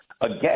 again